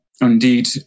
Indeed